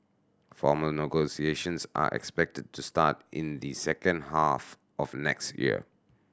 formal negotiations are expected to start in the second half of next year